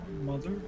mother